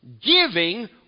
Giving